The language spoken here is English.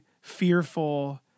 fearful